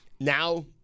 now